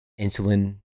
insulin